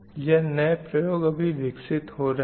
यह नए प्रयोग अभी विकसित हो रहे हैं